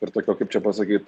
ir tokio kaip čia pasakyt